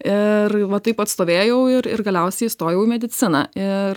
ir va taip atstovėjau ir ir galiausiai įstojau į mediciną ir